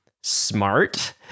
smart